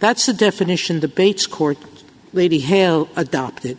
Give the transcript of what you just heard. that's the definition debates court lady hill adopted